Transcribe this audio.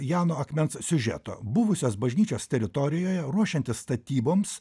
jano akmens siužeto buvusios bažnyčios teritorijoje ruošiantis statyboms